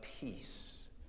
peace